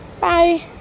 Bye